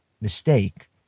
mistake